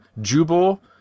Jubal